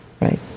right